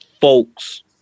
folks